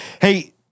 Hey